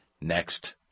next